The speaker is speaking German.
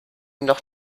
noch